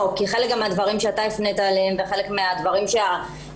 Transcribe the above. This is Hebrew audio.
גם חלק מן הדברים שאתה שאלת עליהם וחלק מן הדברים שהיועצות